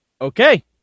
Okay